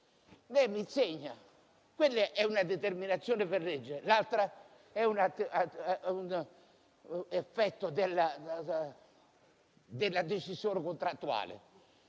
Lei mi insegna che una è una determinazione di legge, mentre l'altra è un effetto della decisione contrattuale